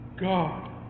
God